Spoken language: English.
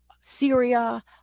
Syria